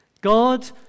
God